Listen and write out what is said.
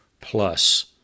plus